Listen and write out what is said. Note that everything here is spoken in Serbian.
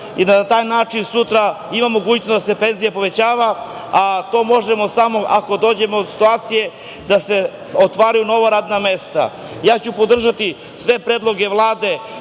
i da na taj način sutra imamo mogućnosti da se penzije povećavaju, a to možemo samo ako dođemo u situaciju da se otvaraju nova radna mesta. Podržaću sve predloge Vlade